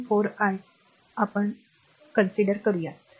4 I ला काय म्हणतात